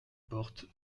portes